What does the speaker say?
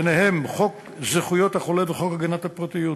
ובהם חוק זכויות החולה וחוק הגנת הפרטיות.